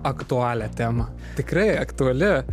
aktualią temą tikrai aktuali